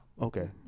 Okay